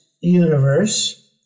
universe